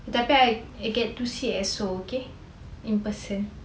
tapi I get to see exo okay in person